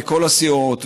מכל הסיעות,